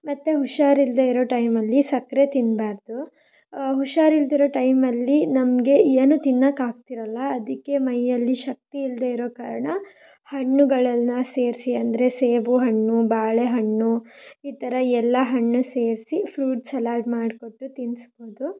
ಮತ್ತು ಹುಷಾರಿಲ್ಲದೆ ಇರೋ ಟೈಮಲ್ಲಿ ಸಕ್ಕರೆ ತಿನ್ನಬಾರ್ದು ಹುಷಾರಿಲ್ಲದಿರೋ ಟೈಮಲ್ಲಿ ನಮಗೆ ಏನೂ ತಿನ್ನೋಕ್ಕಾಗ್ತಿರಲ್ಲ ಅದಕ್ಕೆ ಮೈಯಲ್ಲಿ ಶಕ್ತಿ ಇಲ್ಲದೆ ಇರೋ ಕಾರಣ ಹಣ್ಣುಗಳನ್ನು ಸೇರಿಸಿ ಅಂದರೆ ಸೇಬು ಹಣ್ಣು ಬಾಳೆ ಹಣ್ಣು ಈ ಥರ ಎಲ್ಲ ಹಣ್ಣು ಸೇರಿಸಿ ಫ್ರೂಟ್ ಸಲಾಡ್ ಮಾಡಿಕೊಟ್ಟು ತಿನ್ನಿಸ್ಬೋದು